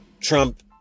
Trump